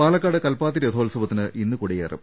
പാലക്കാട് കൽപ്പാത്തി രഥോത്സവത്തിന് ഇന്ന് കൊടിയേറും